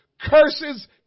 curses